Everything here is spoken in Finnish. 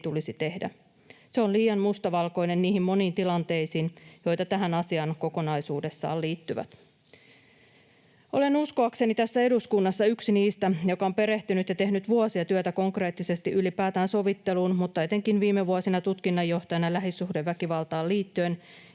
tulisi tehdä. Se on liian mustavalkoinen niihin moniin tilanteisiin, joita tähän asiaan kokonaisuudessaan liittyy. Olen uskoakseni tässä eduskunnassa yksi niistä, jotka ovat perehtyneet ja tehneet vuosia työtä konkreettisesti ylipäätään sovitteluun liittyen mutta etenkin viime vuosina tutkinnanjohtajana lähisuhdeväkivaltaan liittyen